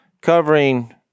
covering